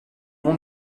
nom